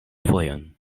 fojojn